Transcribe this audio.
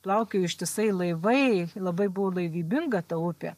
plaukiojo ištisai laivai labai buvo laivybinga ta upė